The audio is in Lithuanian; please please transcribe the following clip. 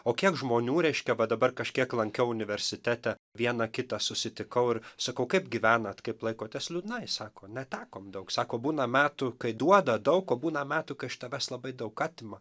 o kiek žmonių reiškia va dabar kažkiek lankiau universitete vieną kitą susitikau ir sakau kaip gyvenat kaip laikotės liūdnai sako netekom daug sako būna metų kai duoda daug o būna metų kai iš tavęs labai daug atima